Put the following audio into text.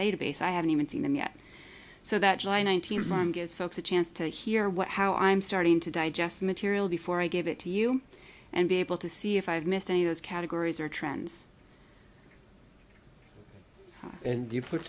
database i haven't even seen them yet so that july nineteenth month gives folks a chance to hear what how i'm starting to digest material before i give it to you and be able to see if i've missed any of those categories or trends and you put